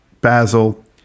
Basil